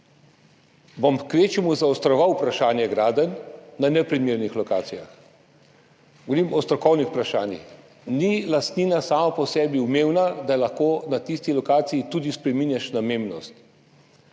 kvečjemu zaostroval vprašanje gradenj na neprimernih lokacijah. Govorim o strokovnih vprašanjih. Ni zaradi lastnine samo po sebi umevno, da lahko na tisti lokaciji tudi spreminjaš namembnost.